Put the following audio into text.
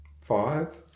five